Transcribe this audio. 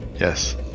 yes